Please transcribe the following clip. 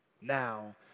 now